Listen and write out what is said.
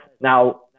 now